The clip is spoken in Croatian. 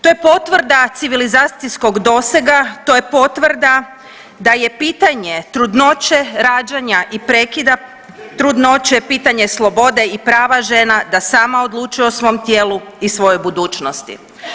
To je potvrda civilizacijskog dosega, to je potvrda da je pitanje trudnoće, rađanja i prekida trudnoće pitanje slobode i prava žena da sama odlučuje o svom tijelu i svojoj budućnosti.